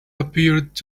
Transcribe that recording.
appeared